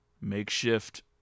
Makeshift